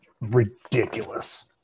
ridiculous